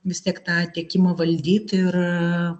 vis tiek tą tiekimą valdyt ir